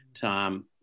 Tom